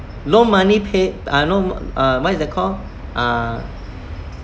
no money pay uh no uh what is that call uh